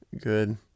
good